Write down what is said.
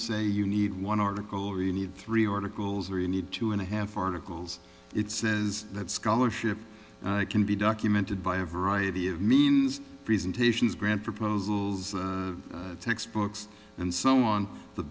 say you need one article really need three articles or you need two and a half articles it says that scholarship can be documented by a variety of means presentations grant proposals textbooks and so on the